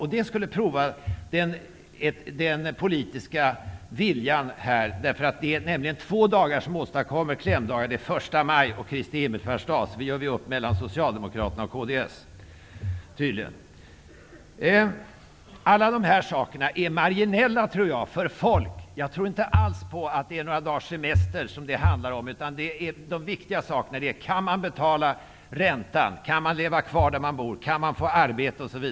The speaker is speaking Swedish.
Här borde den politiska viljan prövas. Det är två dagar som föregås av klämdagar, nämligen första maj och Kristi Himmelfärds dag. Så det kan vi tydligen göra upp om med Jag tror att alla de här sakerna är marginella för folk. Jag tror inte alls att det handlar om några dagars semester, utan det handlar om betydligt viktigare saker. Kan man betala räntan? Kan man leva kvar där man bor? Kan man få arbete?